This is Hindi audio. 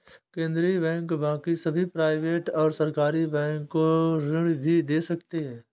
केन्द्रीय बैंक बाकी सभी प्राइवेट और सरकारी बैंक को ऋण भी दे सकते हैं